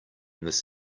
this